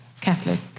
Catholic